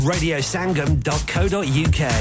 RadioSangam.co.uk